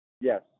Yes